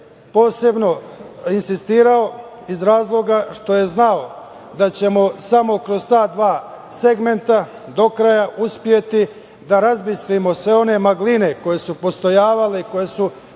posebno insistirao, iz razloga što je znao da ćemo samo kroz ta dva segmenta do kraja uspeti da razbistrimo sve one magline koje su postojale i truline